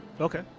okay